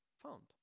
found